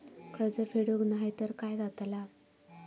कर्ज फेडूक नाय तर काय जाताला?